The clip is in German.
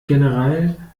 generell